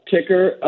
Ticker